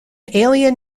alien